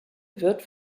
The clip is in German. wird